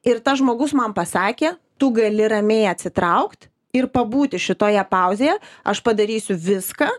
ir tas žmogus man pasakė tu gali ramiai atsitraukt ir pabūti šitoje pauzėje aš padarysiu viską